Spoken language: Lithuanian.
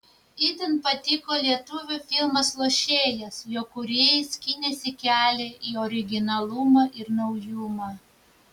itin patiko lietuvių filmas lošėjas jo kūrėjai skynėsi kelią į originalumą ir naujumą